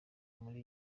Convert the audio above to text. muri